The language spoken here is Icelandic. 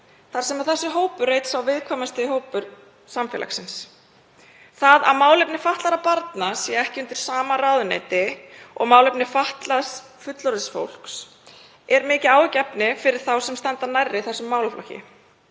þar sem þetta er einn viðkvæmasti hópur samfélagsins. Að málefni fatlaðra barna séu ekki undir sama ráðuneyti og málefni fatlaðs fullorðins fólks er mikið áhyggjuefni fyrir þá sem standa nærri þessum málaflokki.